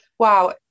wow